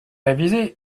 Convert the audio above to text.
réviser